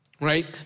right